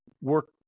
work